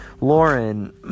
Lauren